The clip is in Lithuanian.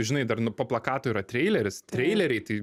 žinai dar nu po plakatu yra treileris treileriai tai